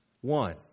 One